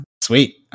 Sweet